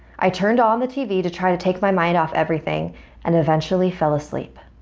i turned on the tv to try to take my mind off everything and eventually fell asleep.